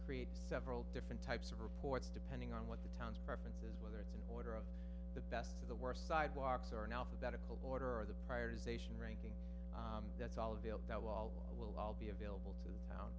create several different types of reports depending on what the town's preference whether it's an order of the best of the worst sidewalks or an alphabetical order of the prior ization ranking that's all a deal that wall will all be available to